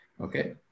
Okay